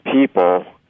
people